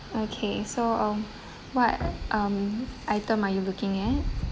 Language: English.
okay so um what um item are you looking at